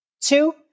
Two